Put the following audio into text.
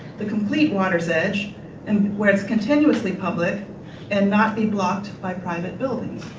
the complete water's edge and where it's continuously public and not be blocked by private buildings.